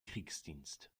kriegsdienst